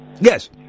Yes